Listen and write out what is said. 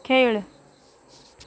खेळ